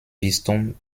bistum